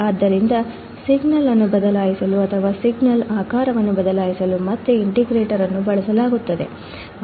ಆದ್ದರಿಂದ ಸಿಗ್ನಲ್ ಅನ್ನು ಬದಲಾಯಿಸಲು ಅಥವಾ ಸಿಗ್ನಲ್ನ ಆಕಾರವನ್ನು ಬದಲಾಯಿಸಲು ಮತ್ತೆ ಇಂಟಿಗ್ರೇಟರ್ ಅನ್ನು ಬಳಸಲಾಗುತ್ತದೆ